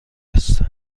است